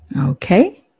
Okay